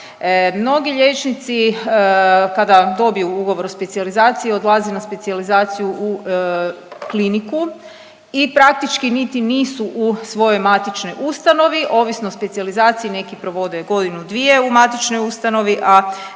Mnogi liječnici kada dobiju ugovor o specijalizaciji odlaze na specijalizaciju u kliniku i praktički niti nisu u svojoj matičnoj ustanovi. Ovisno o specijalizaciji neki provode godinu, dvije u matičnoj ustanovi, a